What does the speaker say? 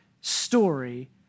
story